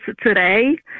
today